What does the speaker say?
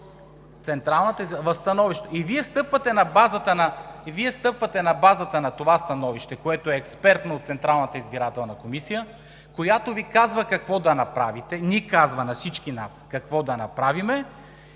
И Вие стъпвате на базата на това становище, което е експертно, от Централната избирателна комисия, която ни казва на всички нас какво да направим,